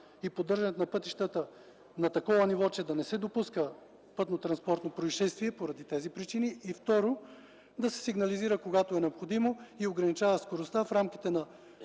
и поддържането на пътищата на такова ниво, че да не се допуска пътнотранспортно произшествие поради тези причини. Второ, да се сигнализира, когато е необходимо ограничаване на скоростта в рамките на